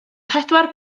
pedwar